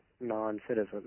non-citizens